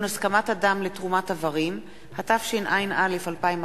התשע”א 2011,